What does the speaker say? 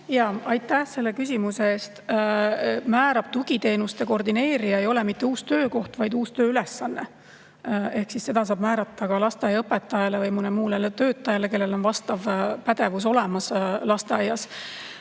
Aitäh selle küsimuse eest! Määrab tugiteenuste koordineerija, kuid see ei ole mitte uus töökoht, vaid uus tööülesanne. Ehk seda saab määrata ka lasteaiaõpetajale või mõnele muule töötajale, kellel on vastav pädevus lasteaias